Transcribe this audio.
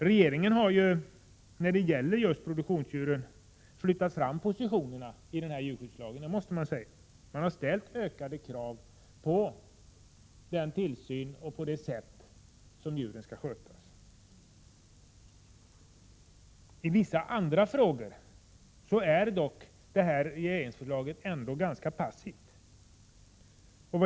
Regeringen har när det gäller produktionsdjuren flyttat fram positionerna i förslaget till ny djurskyddslag — det måste man säga. Regeringen ställer där ökade krav på tillsynen och skötseln av djuren. I vissa andra frågor är dock detta regeringsförslag ganska passivt.